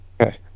Okay